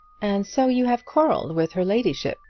and so you have quarrelled with her ladyship,